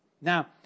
Now